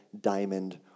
diamond